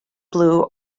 blue